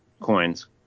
coins